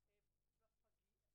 ברוכים הבאים.